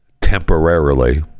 temporarily